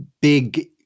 big